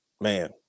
man